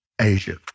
Asia